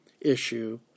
issue